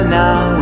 now